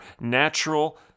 natural